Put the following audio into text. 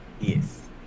Yes